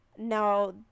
now